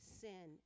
sin